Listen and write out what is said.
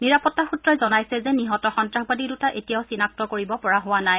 নিৰাপত্তা সূত্ৰই জনাইছে যে নিহত সন্ত্ৰাসবাদী দুটা এতিয়াও চিনাক্ত কৰিব পৰা হোৱা নাই